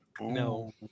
No